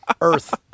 Earth